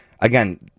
again